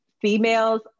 females